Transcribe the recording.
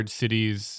cities